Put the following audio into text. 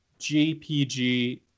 JPG